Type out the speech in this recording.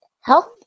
health